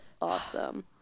Awesome